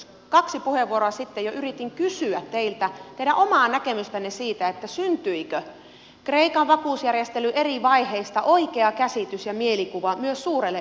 jo kaksi puheenvuoroa sitten yritin kysyä teiltä teidän omaa näkemystänne siitä syntyikö kreikan vakuusjärjestelyn eri vaiheista oikea käsitys ja mielikuva myös suurelle yleisölle